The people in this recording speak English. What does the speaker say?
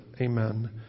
Amen